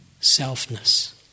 selfness